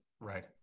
Right